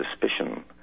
suspicion